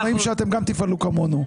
תפעלו כמונו.